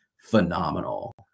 phenomenal